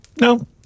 No